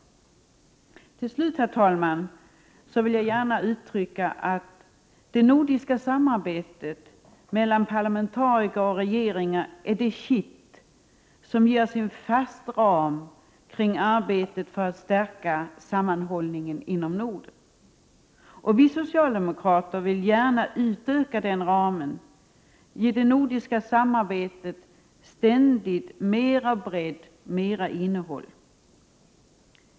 NOTBRKI Samarbete Till slut, herr talman, vill jag gärna framhålla att det nordiska samarbetet mellan parlamentariker och regeringar är det kitt som ger en fast ram kring arbetet för att stärka sammanhållningen inom Norden. Vi socialdemokrater vill gärna utöka den ramen, ge det nordiska samarbetet ständigt mera bredd, mera innehåll.